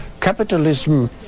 capitalism